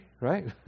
right